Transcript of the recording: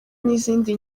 n’izindi